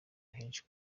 henshi